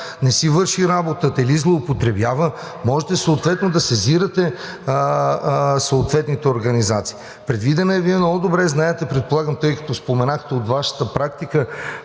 не си върши работата или злоупотребява, можете да сезирате съответните организации. Предвидена е – Вие много добре знаете, предполагам, тъй като споменахте от Вашата практика